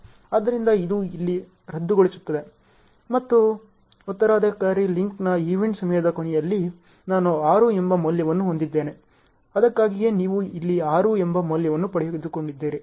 ಆದ್ದರಿಂದ ಇದು ಇಲ್ಲಿ ರದ್ದುಗೊಳ್ಳುತ್ತದೆ ಮತ್ತು ಉತ್ತರಾಧಿಕಾರಿ ಲಿಂಕ್ನ ಈವೆಂಟ್ ಸಮಯದ ಕೊನೆಯಲ್ಲಿ ನಾನು 6 ಎಂಬ ಮೌಲ್ಯವನ್ನು ಹೊಂದಿದ್ದೇನೆ ಅದಕ್ಕಾಗಿಯೇ ನೀವು ಇಲ್ಲಿ 6 ಎಂಬ ಮೌಲ್ಯವನ್ನು ಪಡೆದುಕೊಂಡಿದ್ದೀರಿ